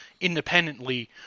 independently